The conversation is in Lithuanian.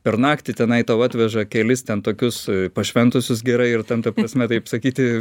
per naktį tenai tau atveža kelis ten tokius pašventusius gerai ir ten ta prasme taip sakyti